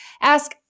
ask